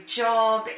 job